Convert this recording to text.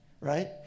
right